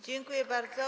Dziękuję bardzo.